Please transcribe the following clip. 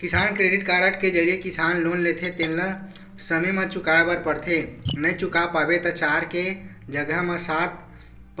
किसान credit card के जरिए किसान लोन लेथे तेन ल समे म चुकाए बर परथे नइ चुका पाबे त चार के जघा म सात